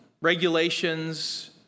regulations